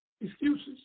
excuses